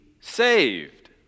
saved